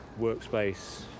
workspace